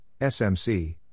SMC